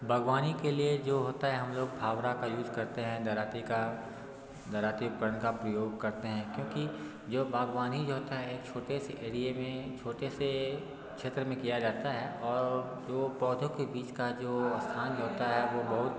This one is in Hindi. बागवानी के लिए जो होता है हम लोग फावड़ा का यूज़ करते हैं दराँती का दराँतीप्रण का प्रयोग करते हैं क्योंकि जो बागवानी जो होता है एक छोटे से एरिये में छोटे से क्षेत्र में किया जाता है और जो पौधों के बीच का जो स्थान होता है वो बहुत